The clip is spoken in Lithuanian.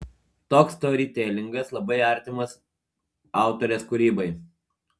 toks storytelingas labai artimas autorės kūrybai